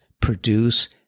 produce